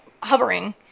hovering